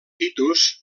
titus